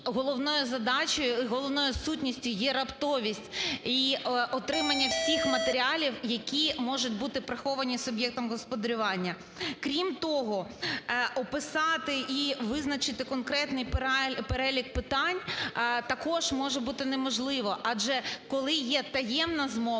головною сутністю є раптовість і отримання всіх матеріалів, які можуть бути приховані суб'єктом господарювання. Крім того, описати і визначити конкретний перелік питань також може бути неможливо, адже коли є таємна змова,